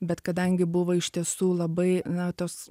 bet kadangi buvo iš tiesų labai na tos